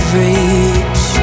reach